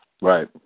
Right